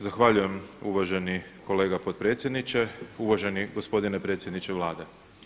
Zahvaljujem uvaženi kolega potpredsjedniče, uvaženi gospodine predsjedniče Vlade.